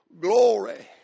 glory